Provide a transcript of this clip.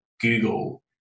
Google